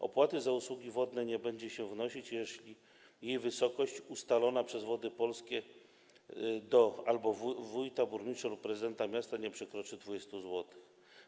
Opłaty za usługi wodne nie będzie się wnosić, jeśli jej wysokość, ustalona przez Wody Polskie albo wójta, burmistrza lub prezydenta miasta, nie przekroczy 20 zł.